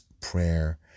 prayer